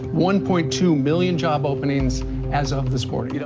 one point two million job openings as of this morning you know,